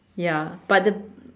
ya but the